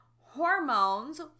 hormones